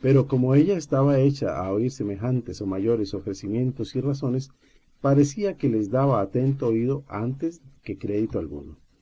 pero como ella estaba hecha a oír semejantes o mayores ofrecimientos y razones parecía que les daba atento oído an tes que crédito alguno